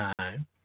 time